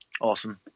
Awesome